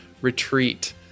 retreat